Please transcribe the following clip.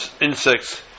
insects